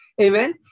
Amen